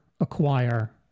acquire